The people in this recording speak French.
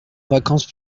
vacances